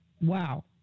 Wow